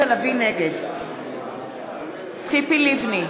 נגד ציפי לבני,